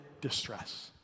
distress